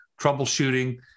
troubleshooting